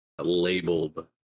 labeled